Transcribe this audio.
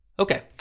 Okay